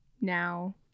now